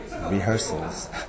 rehearsals